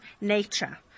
nature